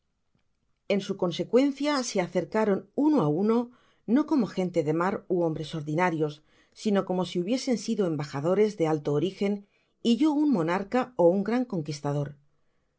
en su consecuencia se acercaron uno á uno no como gente de mar ú hombres ordinarios sino como si hubiesen sido embajadores de alto origen y yo un monarca ó un gran conquistador